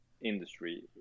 industry